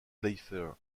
playfair